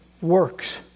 works